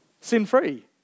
Sin-free